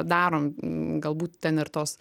darom galbūt ten ir tos